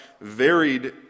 varied